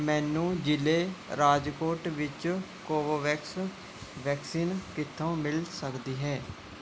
ਮੈਨੂੰ ਜ਼ਿਲ੍ਹੇ ਰਾਜਕੋਟ ਵਿੱਚ ਕੋਵੋਵੈਕਸ ਵੈਕਸੀਨ ਕਿੱਥੋਂ ਮਿਲ ਸਕਦੀ ਹੈ